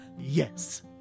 Yes